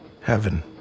Heaven